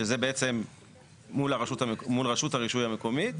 שזה בעצם מול רשות הרישוי המקומית.